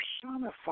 personify